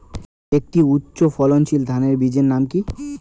একটি উচ্চ ফলনশীল ধানের বীজের নাম কী?